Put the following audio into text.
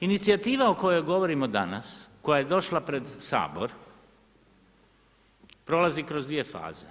Inicijativa o kojoj govorimo danas koja je došla pred Sabor prolazi kroz dvije faze.